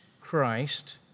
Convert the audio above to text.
Christ